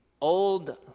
old